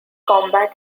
combat